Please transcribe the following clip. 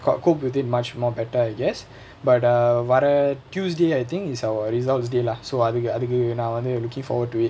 co~ cope with it much more better I guess but err வர:vara tuesday I think it's our results day lah so அதுக்கு அதுக்கு நா வந்து:athukku athukku naa vanthu looking forward to it